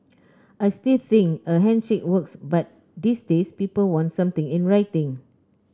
I still think a handshake works but these days people want something in writing